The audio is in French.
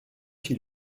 fit